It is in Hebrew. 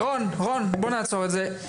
רון, בוא נעצור את זה.